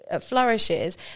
flourishes